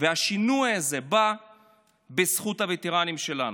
והשינוי הזה בא בזכות הווטרנים שלנו,